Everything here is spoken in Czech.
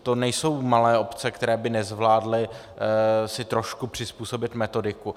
To nejsou malé obce, které by si nezvládly trošku přizpůsobit metodiku.